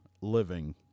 living